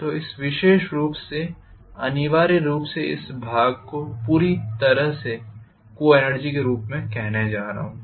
तो इस विशेष रूप में मैं अनिवार्य रूप से इस भाग को पूरी तरह से को एनर्जी के रूप में कहने जा रहा हूं